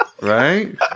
Right